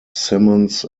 symons